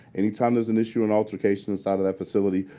anytime there's an issue an altercation inside of that facility,